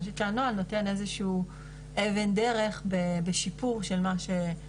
אני חושבת שהנוהל נותן איזה שהוא אבן דרך בשיפור של מה שאת באמת,